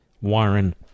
Warren